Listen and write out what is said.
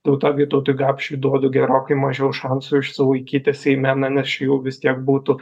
tauta vytautui gapšiui duodu gerokai mažiau šansų išsilaikyti seime na nes čia jau vis tiek būtų